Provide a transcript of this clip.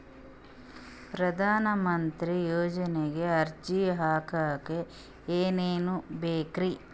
ಪ್ರಧಾನಮಂತ್ರಿ ಯೋಜನೆಗೆ ಅರ್ಜಿ ಹಾಕಕ್ ಏನೇನ್ ಬೇಕ್ರಿ?